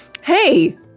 Hey